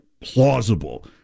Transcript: plausible